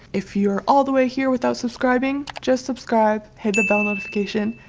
if you're all the way here without subscribing just subscribe hit the bell notification.